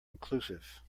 inclusive